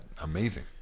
amazing